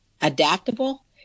adaptable